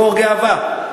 מקור גאווה.